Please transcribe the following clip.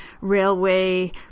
railway